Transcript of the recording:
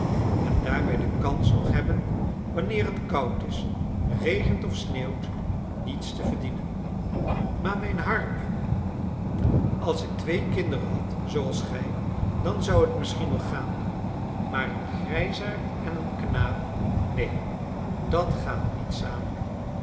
en daarbij de kans nog hebben wanneer het koud is regent of sneeuwt niets te verdienen maar mijn harp als ik twee kinderen had zooals gij dan zou het misschien nog gaan maar een grijsaard en een knaap neen dat gaat niet samen